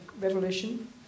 revolution